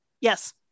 Yes